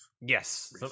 Yes